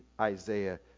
Isaiah